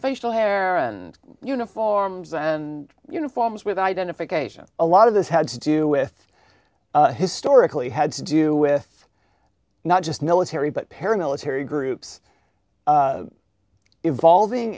facial hair and uniforms and uniforms with identification a lot of this had to do with historically had to do with not just military but paramilitary groups evolving